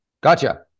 Gotcha